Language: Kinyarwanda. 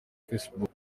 facebook